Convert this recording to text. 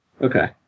Okay